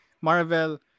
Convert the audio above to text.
Marvel